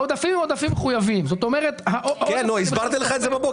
העודפים הם עודפים מחויבים --- הסברתי לך את זה בבוקר.